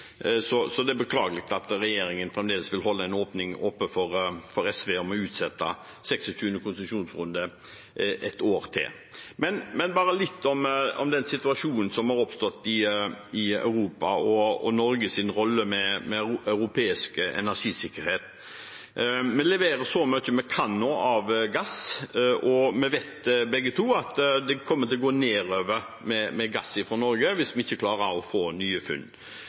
Det er beklagelig at regjeringen fremdeles vil holde en åpning oppe for SV til å utsette 26. konsesjonsrunde et år til. Men så til den situasjonen som har oppstått i Europa, og Norges rolle når det gjelder europeisk energisikkerhet. Vi leverer nå så mye vi kan av gass, og vi vet begge to at det kommer til å gå nedover med gass fra Norge hvis vi ikke klarer å få nye funn.